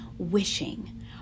Wishing